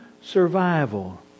survival